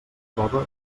cove